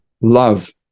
love